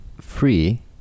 Free